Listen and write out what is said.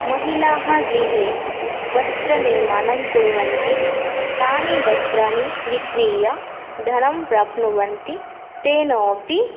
महिलाः गृहे वस्त्रनिर्माणं कुर्वन्ति तानि वस्त्राणि विक्रीय धनं प्राप्नुवन्ति तेन अपि